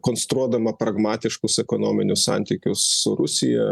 konstruodama pragmatiškus ekonominius santykius su rusija